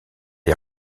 est